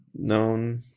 known